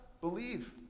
Believe